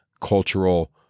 cultural